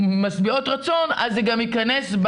משביעות רצון אז זה גם ייכנס',